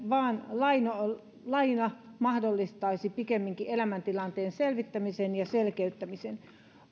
vaan laina laina mahdollistaisi pikemminkin elämäntilanteen selvittämisen ja selkeyttämisen